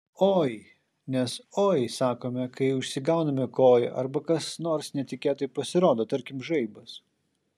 oi nes oi sakome kai užsigauname koją arba kas nors netikėtai pasirodo tarkim žaibas